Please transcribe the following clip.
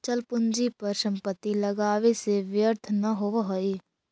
अचल पूंजी पर संपत्ति लगावे से व्यर्थ न होवऽ हई